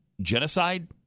Genocide